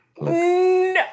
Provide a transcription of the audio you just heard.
No